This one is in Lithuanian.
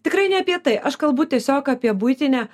tikrai ne apie tai aš kalbu tiesiog apie buitinę